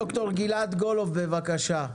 ד"ר גלעד גולוב, בבקשה.